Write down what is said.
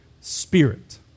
Spirit